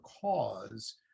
cause